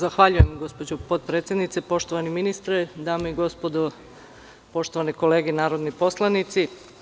Zahvaljujem gospođo potpredsednice, poštovani ministre, dame i gospodo, poštovani kolege narodni poslanici.